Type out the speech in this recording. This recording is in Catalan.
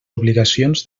obligacions